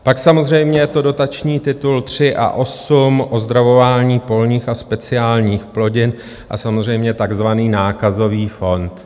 Pak samozřejmě je to dotační titul 3 a 8 ozdravování polních a speciálních plodin a samozřejmě takzvaný nákazový fond.